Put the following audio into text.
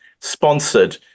sponsored